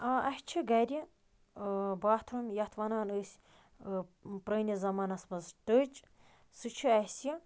آ اَسہِ چھِ گَرِ باتھروٗم یَتھ وَنان ٲسۍ پرٛٲنِس زمانَس منٛز ٹٔچ سُہ چھِ اَسہِ